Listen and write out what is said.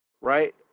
Right